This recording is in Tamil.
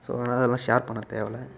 ஸோ அதனால் அதலாம் ஷேர் பண்ண தேவயில்ல